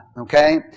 Okay